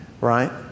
Right